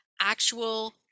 actual